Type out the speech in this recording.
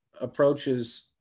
approaches